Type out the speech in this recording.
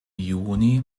juni